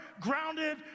grounded